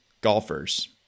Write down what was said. golfers